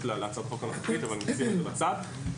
להצעת החוק הנוכחית אבל נשים את זה בצד.